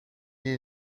gli